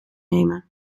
nemen